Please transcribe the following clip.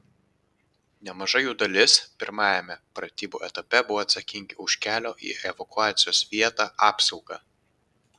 nemaža jų dalis pirmajame pratybų etape buvo atsakingi už kelio į evakuacijos vietą apsaugą